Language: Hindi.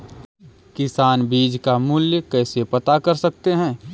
किसान बीज का मूल्य कैसे पता कर सकते हैं?